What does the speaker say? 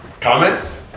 Comments